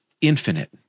infinite